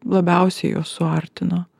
labiausiai juos suartino